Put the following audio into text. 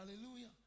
hallelujah